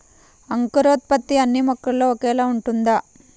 అంకురోత్పత్తి అన్నీ మొక్కల్లో ఒకేలా ఉంటుందా?